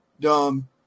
dumb